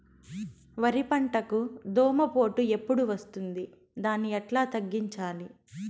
వరి పంటకు దోమపోటు ఎప్పుడు వస్తుంది దాన్ని ఎట్లా తగ్గించాలి?